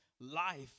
life